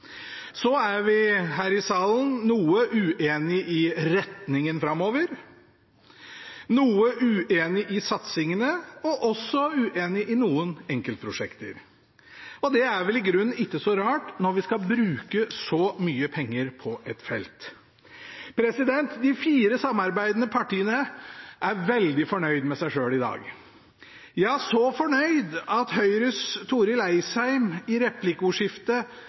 Så er vi her i salen noe uenig i retningen framover, noe uenig i satsingene og også uenig i noen enkeltprosjekter. Og det er vel i grunnen ikke så rart når vi skal bruke så mye penger på ett felt. De fire samarbeidende partiene er veldig fornøyd med seg selv i dag, ja, så fornøyd at Høyres Torill Eidsheim i replikkordskiftet